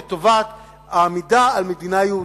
לטובת העמידה על מדינה יהודית.